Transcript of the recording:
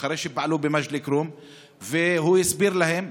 אחרי שפעלו במג'ד אל-כרום והוא הסביר להם,